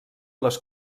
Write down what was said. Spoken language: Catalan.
les